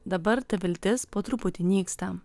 dabar ta viltis po truputį nyksta